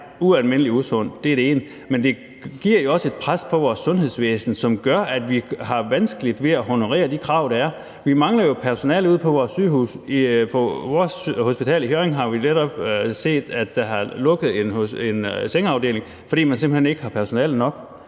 også giver et pres på vores sundhedsvæsen, som gør, at vi har vanskeligt ved at honorere de krav, der er til det. Vi mangler personale ude på vores hospitaler. I Hjørring har vi netop set, at der er lukket en sengeafdeling, fordi man simpelt hen ikke har personale nok.